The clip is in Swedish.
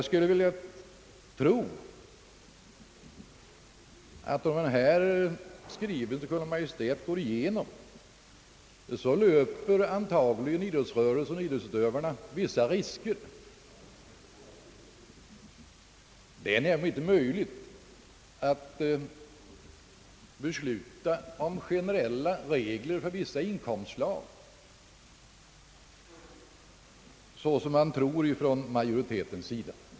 Bifalles förslaget om en skrivelse till Kungl. Maj:t, tror jag att idrottsutövarna löper vissa risker. Det är nämligen nog inte möjligt att besluta om generella regler för vissa inkomstslag, vilket utskottsmajoriteten tycks tro.